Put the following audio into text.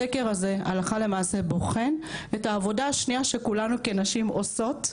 הסקר הזה הלכה למעשה בוחן את העבודה השנייה שכולנו כנשים עושות,